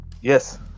Yes